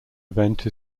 event